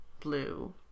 blue